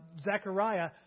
Zechariah